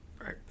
Right